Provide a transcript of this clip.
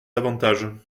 avantages